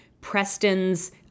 Preston's